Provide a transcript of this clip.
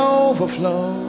overflow